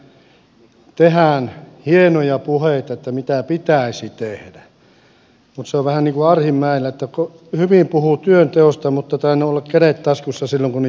täällä kyllä tehdään hienoja puheita että mitä pitäisi tehdä mutta se on vähän niin kuin arhinmäellä että hyvin puhuu työnteosta mutta on tainnut olla kädet taskussa silloin kun niitä on tehty